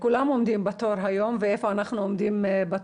כולם עומדים בתור ורצינו לדעת היכן אנחנו